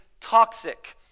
toxic